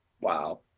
Wow